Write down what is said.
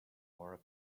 more